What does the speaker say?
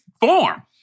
form